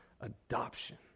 adoption